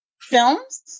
films